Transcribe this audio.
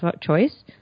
choice